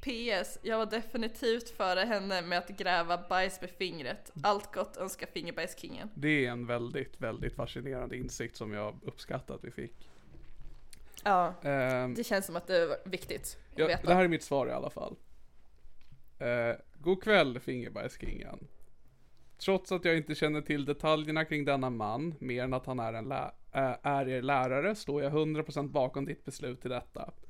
P.S. Jag var definitivt före henne med att gräva bajs med fingret. Allt gott önskar Fingerbajskingen. Det är en väldigt, väldigt fascinerande insikt som jag uppskattar att vi fick. Ja, Ähm, det känns som att det var viktigt att Ja, det veta. här är mitt svar i alla fall. Äh, god kväll, Fingerbajskingen. Trots att jag inte känner till detaljerna kring denna man, mer än att han är en lä- äh, är er lärare, står jag 100% bakom ditt beslut i detta.